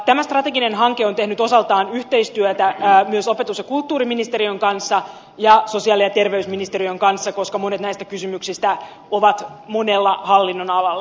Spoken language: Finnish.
tämä strateginen hanke on tehnyt osaltaan yhteistyötä myös opetus ja kulttuuriministeriön kanssa ja sosiaali ja terveysministeriön kanssa koska monet näistä kysymyksistä ovat monella hallinnonalalla